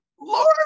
Lord